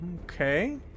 Okay